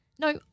No